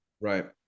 right